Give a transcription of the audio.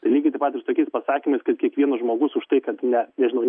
lygiai taip pat ir su tokiais pasakymais kad kiekvienas žmogus už tai kad ne nežinau